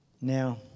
Now